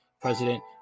President